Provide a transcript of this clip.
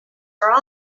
are